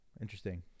interesting